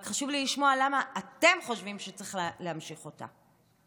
רק חשוב לי לשמוע למה אתם חושבים שצריך להמשיך אותה.